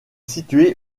situé